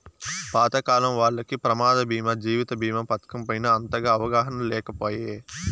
పాతకాలం వాల్లకి ప్రమాద బీమా జీవిత బీమా పతకం పైన అంతగా అవగాహన లేకపాయె